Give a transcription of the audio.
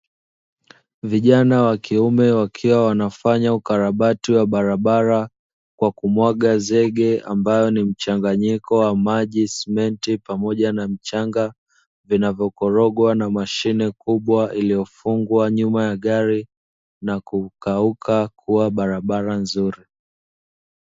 Vijana wa kiume wakiwa wanafanya ukarabati wa barabara kwa kumwaga zege ambayo ni mchanganyiko wa maji, simenti pamoja na mchanga vinavyokorogwa na mashine kubwa iliyofungwa nyuma ya gari na kukauka kuwa barabara nzuri.